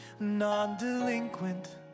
Non-delinquent